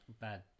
bad